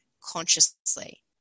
consciously